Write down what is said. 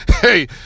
hey